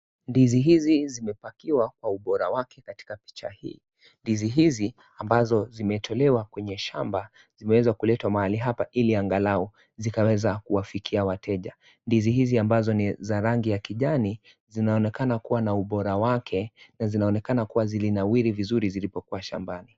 Ndizi hizi zimepakiwa kwa ubora wake katika picha hii. Ndizi hizi, ambazo zimetolewa kwenye shamba, zimeweza kuletwa mahali hapa ili angalau zikaweza kuwafikia wateja. Ndizi hizi, ambazo ni za rangi ya zinaonekana kuwa na ubora wake na zinaonekana kuwa, zilinawiri vizuri zilipokuwa shambani.